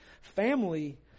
Family